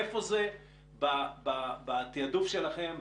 איפה זה בתעדוף שלכם,